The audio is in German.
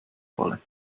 falle